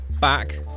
back